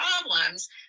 problems